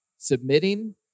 submitting